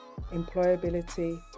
employability